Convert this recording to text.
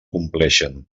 compleixen